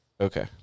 Okay